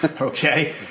Okay